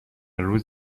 روز